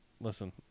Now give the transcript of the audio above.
Listen